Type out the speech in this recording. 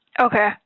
Okay